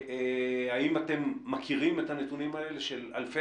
האם אתם מכירים את הנתונים האלה של אלפי